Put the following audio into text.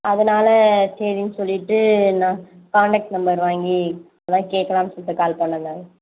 அதனால் சேரின்னு சொல்லிவிட்டு நான் காண்டக்ட் நம்பர் வாங்கி அதான் கேக்கலான்னு சொல்லிவிட்டு கால் பண்ணேன் மேம்